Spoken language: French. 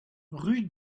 rue